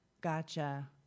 gotcha